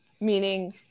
Meaning